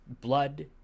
blood